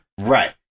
Right